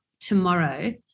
tomorrow